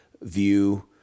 view